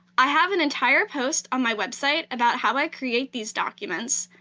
i have an entire post on my website about how i create these documents.